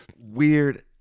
weird